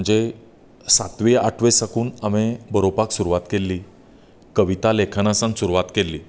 म्हणजे सातवें आठवें साकून हांवें बरोवपाक सुरवात केल्ली कविता लेखना सावन सुरवात केल्ली